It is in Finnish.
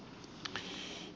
miksi